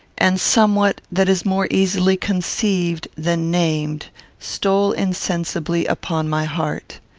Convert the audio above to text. and somewhat that is more easily conceived than named stole insensibly upon my heart.